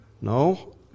No